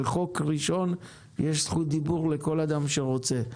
על חוק ראשון יש זכות דיבור לכל אדם שרוצה.